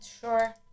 Sure